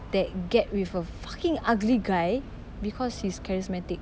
that get with a fucking ugly guy because he's charismatic